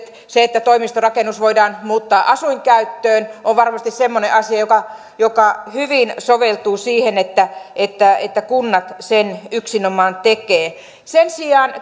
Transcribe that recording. se että toimistorakennus voidaan muuttaa asuinkäyttöön on varmasti semmoinen asia joka joka hyvin soveltuu siihen että että kunnat sen yksinomaan tekevät sen sijaan